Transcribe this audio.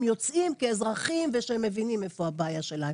יוצאים כאזרחים וכשהם מבינים איפה הבעיה שלהם.